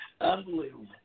Unbelievable